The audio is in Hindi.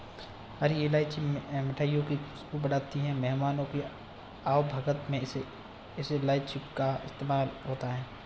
हरी इलायची मिठाइयों की खुशबू बढ़ाती है मेहमानों की आवभगत में भी इलायची का इस्तेमाल होता है